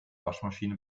waschmaschine